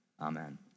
amen